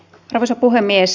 arvoisa puhemies